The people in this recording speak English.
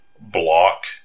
block